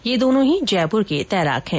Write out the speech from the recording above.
ये दोनो ही जयपुर के तैराक है